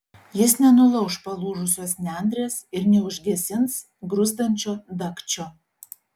jis nenulauš palūžusios nendrės ir neužgesins gruzdančio dagčio